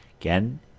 Again